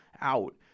out